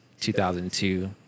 2002